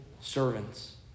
servants